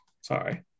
sorry